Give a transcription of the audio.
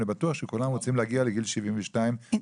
אני בטוח שכולם רוצים להגיע לגיל 72 בעבודה.